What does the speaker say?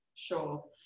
Sure